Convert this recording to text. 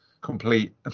complete